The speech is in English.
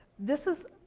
this is